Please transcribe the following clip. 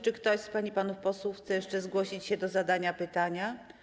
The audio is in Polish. Czy ktoś z pań i panów posłów chce jeszcze zgłosić się do zadania pytania?